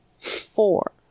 four